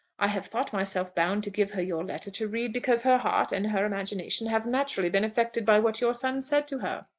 i have thought myself bound to give her your letter to read because her heart and her imagination have naturally been affected by what your son said to her.